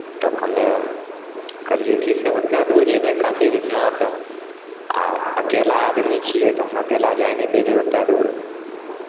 तब हम्मे कहलियै की से ओतेक दूर जयबै काशी विश्वनाथ आ अकेला आदमी छियै तऽ हम अकेला जा नहि पयबै ओतेक दूर